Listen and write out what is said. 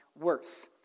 worse